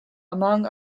among